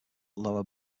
lower